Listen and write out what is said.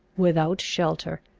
without shelter,